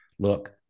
look